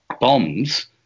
bombs